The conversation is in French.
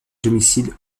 domicile